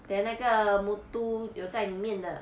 then 那个 muthu 有在里面的